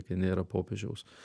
kai nėra popiežiaus